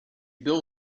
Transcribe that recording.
build